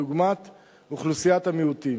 דוגמת אוכלוסיית המיעוטים.